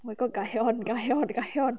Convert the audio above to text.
oh my god gahyeon gahyeon gahyeon